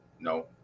no